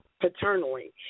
paternally